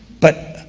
but,